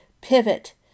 pivot